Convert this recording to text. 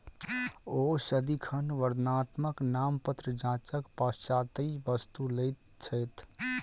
ओ सदिखन वर्णात्मक नामपत्र जांचक पश्चातै वस्तु लैत छथि